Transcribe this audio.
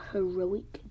Heroic